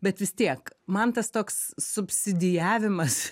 bet vis tiek man tas toks subsidijavimas